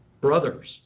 brothers